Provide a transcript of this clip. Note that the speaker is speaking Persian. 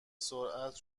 سرعت